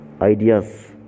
ideas